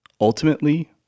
Ultimately